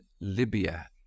Libya